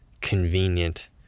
convenient